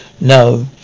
No